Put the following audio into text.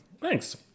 Thanks